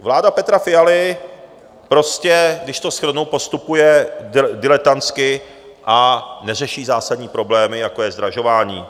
Vláda Petra Fialy prostě, když to shrnu, postupuje diletantsky a neřeší zásadní problémy, jako je zdražování.